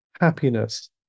happiness